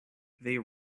they